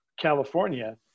California